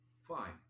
Fine